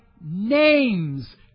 name's